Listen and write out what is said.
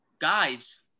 guys